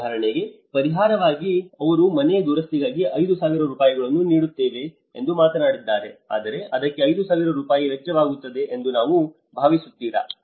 ಉದಾಹರಣೆಗೆ ಪರಿಹಾರವಾಗಿ ಅವರು ಮನೆ ದುರಸ್ತಿಗಾಗಿ 5000 ರೂಪಾಯಿಗಳನ್ನು ನೀಡುತ್ತೇವೆ ಎಂದು ಮಾತನಾಡಿದ್ದಾರೆ ಆದರೆ ಅದಕ್ಕೆ 5000 ರೂಪಾಯಿ ವೆಚ್ಚವಾಗುತ್ತದೆ ಎಂದು ನೀವು ಭಾವಿಸುತ್ತೀರಾ